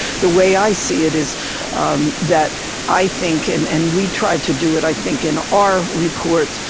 the way i see it is that i think, and and we try to do it, i think, in our reports,